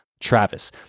Travis